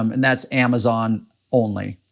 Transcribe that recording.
um and that's amazon only.